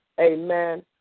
Amen